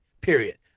period